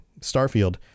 Starfield